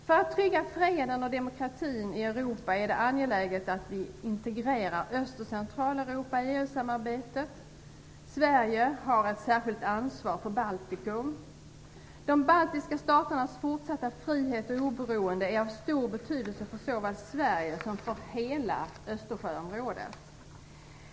För att trygga freden och demokratin i Europa är det angeläget att vi integrerar Öst och Centraleuropa i EU-samarbetet. Sverige har ett särskilt ansvar för Baltikum. De baltiska staternas fortsatta frihet och oberoende är av stor betydelse för såväl Sverige som hela Östersjöområdet.